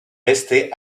restée